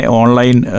online